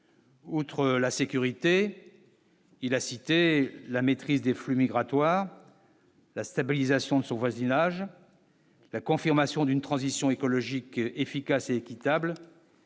Outre la sécurité, il a cité la maîtrise des flux migratoires, la stabilisation de son voisinage la confirmation d'une transition écologique efficace et équitable